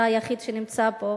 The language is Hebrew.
אתה היחיד שנמצא פה,